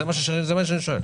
זה מה שאני שואל.